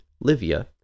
Livia